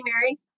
mary